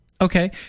Okay